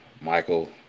Michael